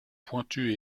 pointues